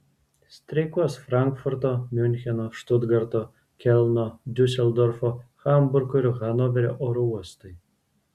streikuos frankfurto miuncheno štutgarto kelno diuseldorfo hamburgo ir hanoverio oro uostai